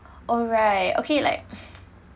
oh right okay like